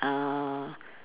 uh